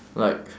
like